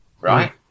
Right